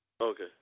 Okay